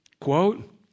Quote